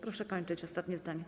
Proszę kończyć, ostatnie zdanie.